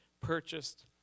purchased